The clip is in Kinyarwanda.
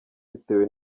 bitewe